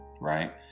Right